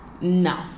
No